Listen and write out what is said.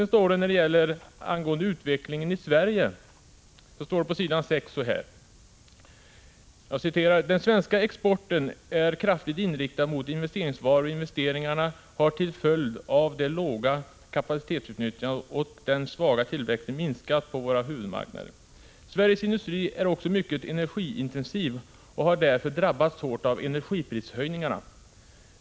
När det gäller utvecklingen i Sverige står det på s. 6: ”Den svenska exporten är kraftigt inriktad mot investeringsvaror och investeringarna har till följd av det låga kapacitetsutnyttjandet och den svaga tillväxten minskat på våra huvudmarknader. Sveriges industri är också mycket energiintensiv och har därför drabbats hårt av energiprishöjningarna.